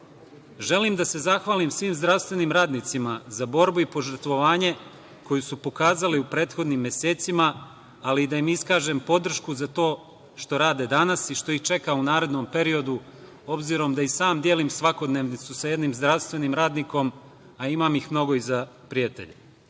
da se zahvalim svim zdravstvenim radnicima za borbu i požrtvovanje koju su pokazali u prethodnim mesecima, ali i da im iskažem podršku za to što rade danas i što ih čeka u narednom periodu, obzirom da i sam delim svakodnevnicu sa jednim zdravstvenim radnikom, a imam ih mnogo i za prijatelje. Zahvalio